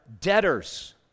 debtors